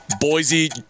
Boise